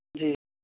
جی